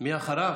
מי אחריו?